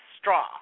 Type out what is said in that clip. straw